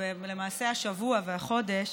ולמעשה השבוע והחודש,